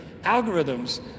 algorithms